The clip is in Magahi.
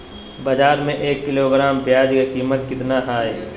बाजार में एक किलोग्राम प्याज के कीमत कितना हाय?